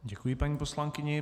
Děkuji paní poslankyni.